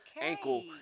ankle